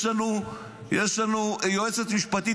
יש לנו יועצת משפטית